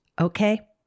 Okay